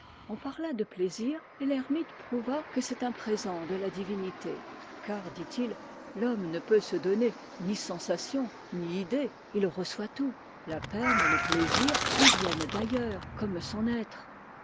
on parla de plaisir et l'ermite prouva que c'est un présent de la divinité car dit-il l'homme ne peut se donner ni sensation ni idées il reçoit tout la peine et le plaisir lui viennent d'ailleurs comme son être